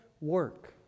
work